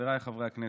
חבריי חברי הכנסת,